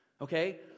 okay